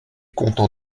content